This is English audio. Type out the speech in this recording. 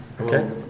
Okay